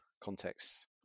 context